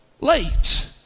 late